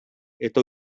eta